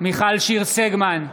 מיכל שיר סגמן,